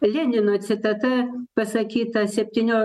lenino citata pasakytą septynio